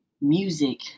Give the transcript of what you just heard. music